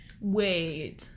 Wait